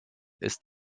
ist